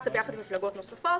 רצה עם מפלגות נוספות,